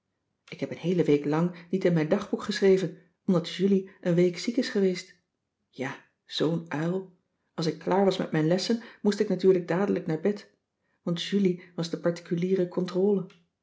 ik heb een heele week lang niet in mijn dagboek geschreven omdat julie een week ziek is geweest ja zoo'n uil als ik klaar was met mijn lessen moest ik natuurlijk dadelijk naar bed want julie was de particuliere contrôle